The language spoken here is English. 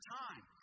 time